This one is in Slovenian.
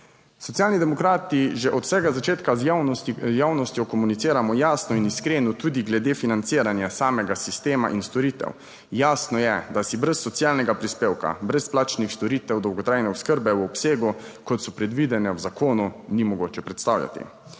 Socialni demokrati že od vsega začetka z javnostjo komuniciramo jasno in iskreno, tudi glede financiranja samega sistema in storitev. Jasno je, da si brez socialnega prispevka brezplačnih storitev dolgotrajne oskrbe v obsegu, kot so predvidene v zakonu, ni mogoče predstavljati.